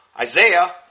Isaiah